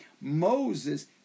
Moses